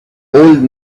old